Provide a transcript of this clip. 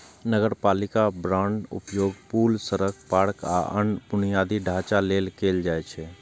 नगरपालिका बांडक उपयोग पुल, सड़क, पार्क, आ अन्य बुनियादी ढांचा लेल कैल जाइ छै